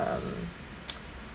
um